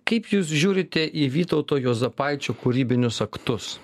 kaip jūs žiūrite į vytauto juozapaičio kūrybinius aktus